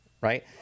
right